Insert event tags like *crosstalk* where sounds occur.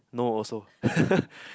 no also *laughs*